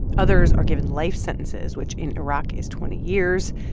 others are given life sentences, which in iraq is twenty years,